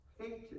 hated